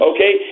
Okay